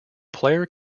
player